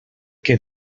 què